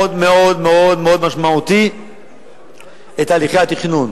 מאוד מאוד מאוד משמעותי את הליכי התכנון.